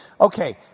Okay